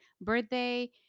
birthday